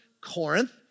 Corinth